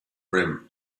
brim